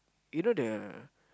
you know the